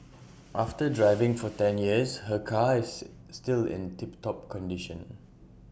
after driving for ten years her car is still in tip top condition